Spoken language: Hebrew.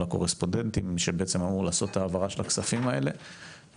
הקורספונדנטים שאמור לעשות את ההעברה של הכספים האלו,